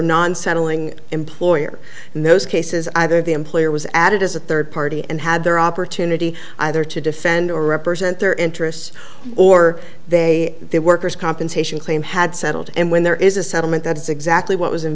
non settling employer in those cases either the employer was added as a third party and had their opportunity either to defend or represent their interests or they their workers compensation claim had settled and when there is a settlement that is exactly what was in